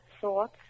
thoughts